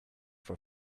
for